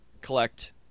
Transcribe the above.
collect